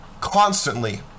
constantly